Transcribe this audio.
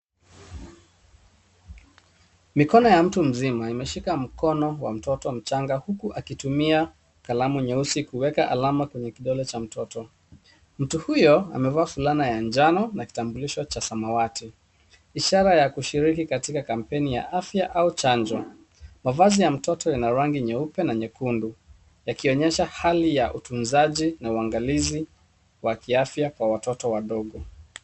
Mikono ya mtu mzima imeshika mkono wa mtoto mchanga huku akitumia kalamu nyeusi kuweka alama kwenye kidole cha mtoto mtu huyo amevaa fulana ya njano na kitambulisho cha samawati ishara ya kushiriki katika kampeni ya afya au chanjo. Mavazi ya mtoto ina rangi nyeupe na nyekundu yakionyesha hali ya utunzaji na uangalizi wa kiafya kwa watoto wadogo.